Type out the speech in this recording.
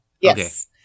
yes